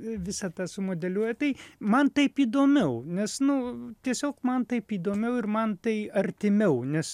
visą tą sumodeliuot tai man taip įdomiau nes nu tiesiog man taip įdomiau ir man tai artimiau nes